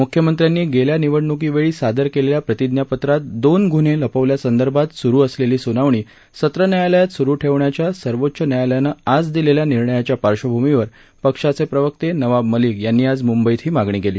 मुख्यमंत्र्यांनी गेल्या निवडणुकीवेळी सादर केलेल्या प्रतिज्ञापत्रात दोन गुन्हे लपवल्यासंदर्भात सुरू असलेली सुनावणी सत्र न्यायालयात सुरू ठेवण्याच्या सर्वोच्च न्यायालयानं आज दिलेल्या निर्णयाच्या पार्श्वभूमीवर पक्षाचे प्रवक्ते नवाब मलिक यांनी आज मुंबईत ही मागणी केली